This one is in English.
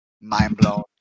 mind-blown